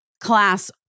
class